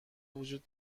وجود